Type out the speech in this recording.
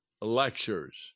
Lectures